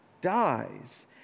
dies